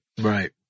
Right